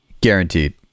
Guaranteed